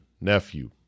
nephew